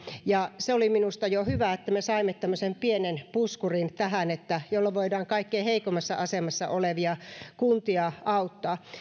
ja oli minusta jo hyvä että me saimme tämmöisen pienen puskurin tähän jolloin voidaan kaikkein heikoimmassa asemassa olevia kuntia auttaa